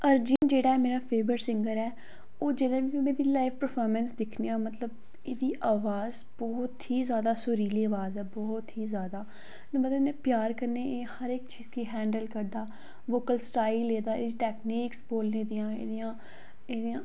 अरजीम जेह्ड़ा ऐ मेरे फेवरट सिंगर ऐ ओह्दी जिसलै बी में लाईव पर्फामैंस दिक्खनी आं मतलव एह्दी अवाज़ बहुत ही जादा सुरीली अवाज़़ ऐ बहुत ही जादा ते मतलव इन्ने प्यार कन्ने हर इक चीज़ गी हैंडल करदा वोकल सटाईल एह्दा एह्दी टैकनीकस बोलने दियां एह्दियां